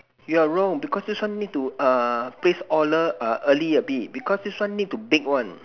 you are wrong because this one need to err place order err early a bit because this one need to bake one